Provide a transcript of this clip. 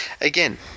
Again